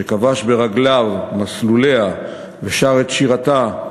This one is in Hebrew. שכבש ברגליו את מסלוליה ושר את שירתה,